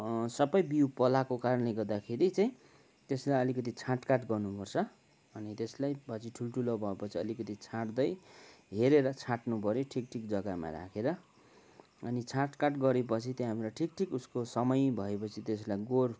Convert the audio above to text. सबै बिउ पलाएको कारणले गर्दाखेरि चाहिँ त्यसलाई अलिकति छाँटकाँट गर्नु पर्छ अनि त्यसलाई पछि ठुल्ठुलो भएपछि अलिकति छाँट्दै हेरेर छाँट्नु पऱ्यो ठिक ठिक जग्गामा राखेर अनि छाँटकाँट गरेपछि त्यहाँबाट ठिक ठिक उसको समय भएपछि त्यसलाई गोड